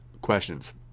questions